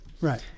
Right